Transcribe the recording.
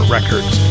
Records